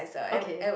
okay